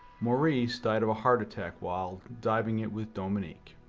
maurice died of a heart attack while diving it with dominique.